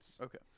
Okay